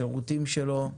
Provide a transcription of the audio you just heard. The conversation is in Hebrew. השירותים שלו,